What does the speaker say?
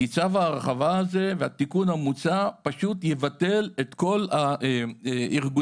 כי צו ההרחבה הזה והתיקון המוצע פשוט יבטל את כל ארגוני